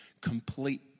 complete